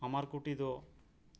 ᱟᱢᱟᱨᱠᱩᱴᱤᱨ ᱫᱚ